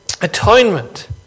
Atonement